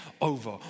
over